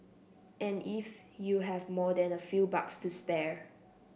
and if you have more than a few bucks to spare